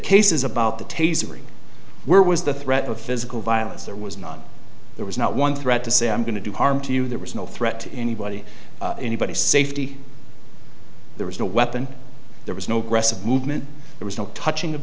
case is about the tasering where was the threat of physical violence there was not there was not one threat to say i'm going to do harm to you there was no threat to anybody anybody safety there was no weapon there was no press of movement there was no touching of